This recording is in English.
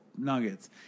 nuggets